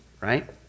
Right